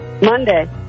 Monday